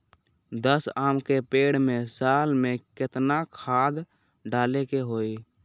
दस आम के पेड़ में साल में केतना खाद्य डाले के होई?